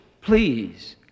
please